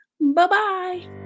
Bye-bye